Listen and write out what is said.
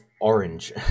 orange